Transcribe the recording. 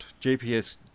GPS